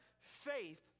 Faith